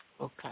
Okay